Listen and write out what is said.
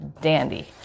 dandy